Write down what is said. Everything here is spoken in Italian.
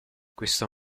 questo